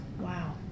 Wow